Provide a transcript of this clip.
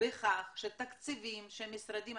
בכך שתקציבים של משרדים,